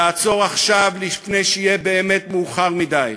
לעצור עכשיו, לפני שיהיה באמת מאוחר מדי.